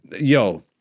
yo